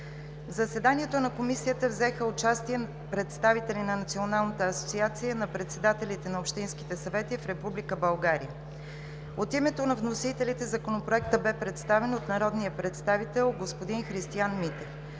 В заседанието на Комисията взеха участие представители на Националната асоциация на председателите на общинските съвети в Република България. От името на вносителите Законопроектът бе представен от народния представител господин Христиан Митев.